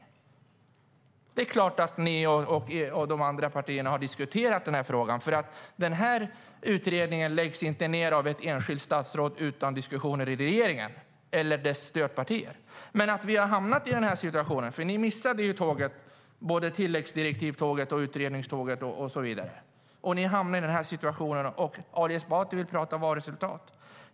Ni missade tåget, både tilläggsdirektivtåget och utredningståget, och hamnade i denna situation. Då vill Ali Esbati tala om valresultat.